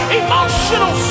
emotional